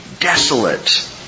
desolate